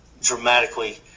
dramatically